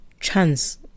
chance